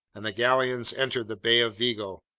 and the galleons entered the bay of vigo.